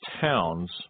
towns